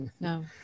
No